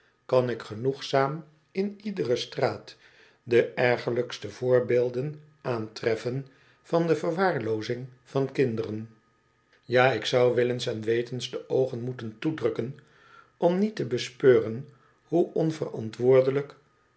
kan ik genoegzaam in iedere straat de ergerlijkste voorbeelden aantreffen van de verwaarloos ing van kinderen ja ik zou willens en wetens de oogen moeten toedrukken om niet te bespeuren hoe onverantwoordelijk